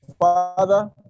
father